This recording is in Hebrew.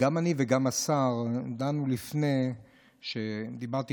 גם אני וגם השר דנו לפני שדיברת איתנו,